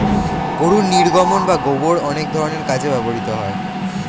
গরুর নির্গমন বা গোবর অনেক ধরনের কাজে ব্যবহৃত হয়